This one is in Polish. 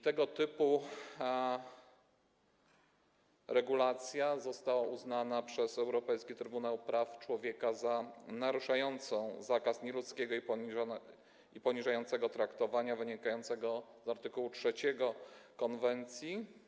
Tego typu regulacja została uznana przez Europejski Trybunał Praw Człowieka za naruszającą zakaz nieludzkiego i poniżającego traktowania wynikający z art. 3 konwencji.